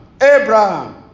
Abraham